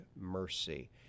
mercy